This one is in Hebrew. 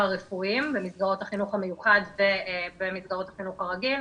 רפואיים במסגרות החינוך המיוחד ובמסגרות החינוך הרגיל,